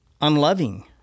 unloving